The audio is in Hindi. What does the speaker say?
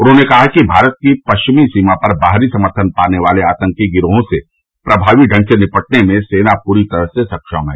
उन्होंने कहा कि भारत की पश्चिमी सीमा पर बाहरी सम्थन पाने वाले आतंकी गिरोहों से प्रभावी ढंग से निपटने में सेना पूरी तरह सक्षम है